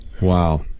Wow